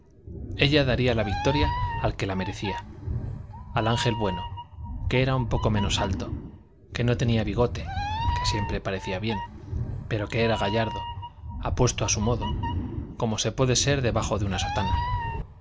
ella daría la victoria al que la merecía al ángel bueno que era un poco menos alto que no tenía bigote que siempre parecía bien pero que era gallardo apuesto a su modo como se puede ser debajo de una sotana